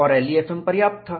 और LEFM पर्याप्त था